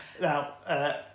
Now